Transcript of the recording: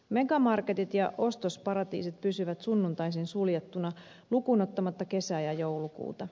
megamarketit ja ostosparatiisit pysyvät sunnuntaisin suljettuina lukuun ottamatta kesää ja joulukuuta